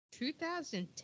2010